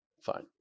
Fine